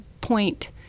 point